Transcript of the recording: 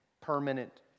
permanent